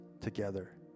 together